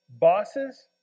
bosses